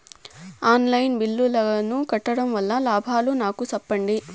On line బిల్లుల ను కట్టడం వల్ల లాభాలు నాకు సెప్పండి?